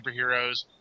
superheroes